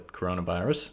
coronavirus